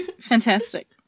fantastic